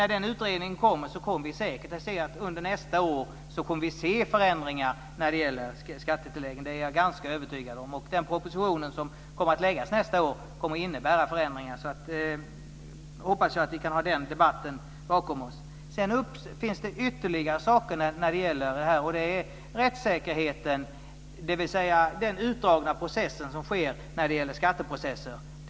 När den utredningen kommer under nästa år kommer vi säkert att se förändringar när det gäller skattetilläggen. Det är jag ganska övertygad om. Den proposition som kommer att läggas fram nästa år kommer att innebära förändringar. Ytterligare en sak i det här sammanhanget är rättssäkerheten, dvs. den utdragna process som sker när det gäller skatteprocesser.